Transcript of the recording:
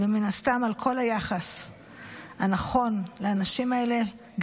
ומן הסתם על כל היחס הנכון לאנשים האלה,